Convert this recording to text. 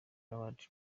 award